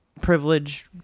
privilege